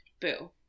Boo